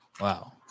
wow